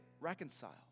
reconcile